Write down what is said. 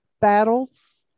battles